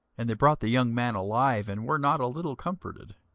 and they brought the young man alive, and were not a little comforted.